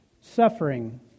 suffering